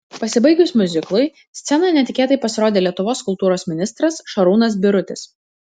pasibaigus miuziklui scenoje netikėtai pasirodė lietuvos kultūros ministras šarūnas birutis